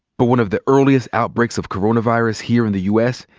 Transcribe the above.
but one of the earliest outbreaks of coronavirus here, in the u. s,